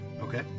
Okay